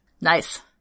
Nice